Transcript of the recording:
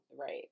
Right